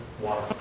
water